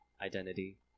identity